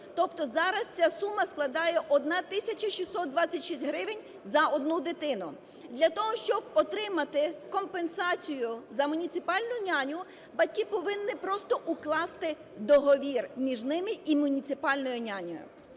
тобто зараз ця сума складає 1 тисяча 626 гривень за 1 дитину. Для того, щоб отримати компенсацію за муніципальну няню, батьки повинні просто укласти договір між ними і муніципальною нянею.